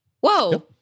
Whoa